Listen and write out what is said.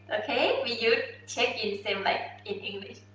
okay we use check in same like in english.